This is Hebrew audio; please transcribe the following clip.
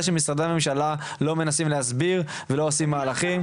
שמשרדי הממשלה לא מנסים להסביר ולא מנסים לעשות מהלכים.